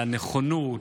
מהנכונות.